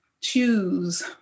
choose